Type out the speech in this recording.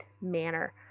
manner